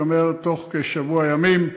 וייגמר תוך כשבוע ימים.